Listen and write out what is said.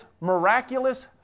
miraculous